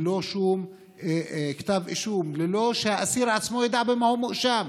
ללא שום כתב אישום ובלי שהאסיר עצמו ידע במה הוא מואשם.